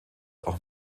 auch